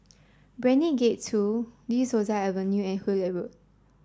Brani Gate two De Souza Avenue and Hullet Road